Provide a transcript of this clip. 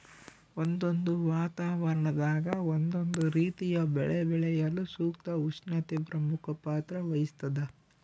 ಒಂದೊಂದು ವಾತಾವರಣದಾಗ ಒಂದೊಂದು ರೀತಿಯ ಬೆಳೆ ಬೆಳೆಯಲು ಸೂಕ್ತ ಉಷ್ಣತೆ ಪ್ರಮುಖ ಪಾತ್ರ ವಹಿಸ್ತಾದ